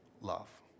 love